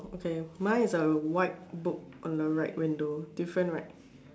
okay mine is a white book on the right window different right